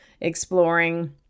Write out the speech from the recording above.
exploring